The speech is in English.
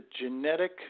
genetic